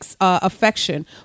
affection